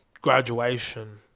graduation